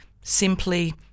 Simply